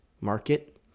market